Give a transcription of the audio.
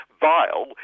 Vile